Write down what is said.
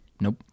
Nope